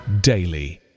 daily